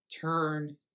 Turn